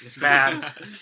bad